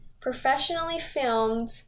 professionally-filmed